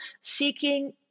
seeking